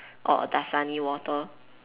or Dasani water